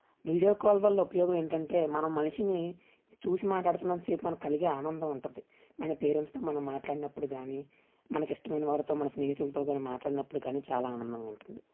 video call వల్ల ఉపయోగం ఏంటంటే మనం మనిషిని చూసి మాట్లాడుతున్నంతసేపు మనకు కలిగే ఆనందం ఉంటుంది మన పేరెంట్స్తో మనం మాట్లాడినప్పుడు కాని మనకు ఇష్టమైన వారితో మన స్నేహితులతో మాట్లాడినప్పుడు కానీ చాలా ఆనందంగా ఉంటుంది